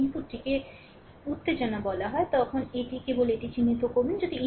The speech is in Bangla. যদি ইনপুটটিকে উত্তেজনা বলা হয় এখানে এটি কেবল এটি চিহ্নিত করুন